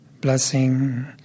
blessing